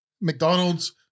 McDonald's